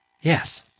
Yes